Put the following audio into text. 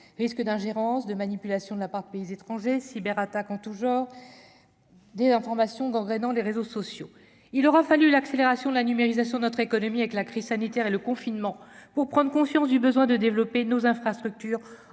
risque d'ingérence, de manipulation de la part de pays étrangers cyber attaques en tout genre désinformation gangrénant les réseaux. Sociaux, il aura fallu l'accélération de la numérisation notre économie avec la crise sanitaire et le confinement pour prendre conscience du besoin de développer nos infrastructures,